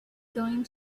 going